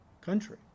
country